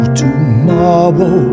tomorrow